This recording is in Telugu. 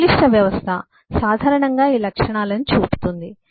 సంక్లిష్ట వ్యవస్థ సాధారణంగా ఈ లక్షణాలను చూపుతుంది